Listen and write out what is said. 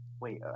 Wait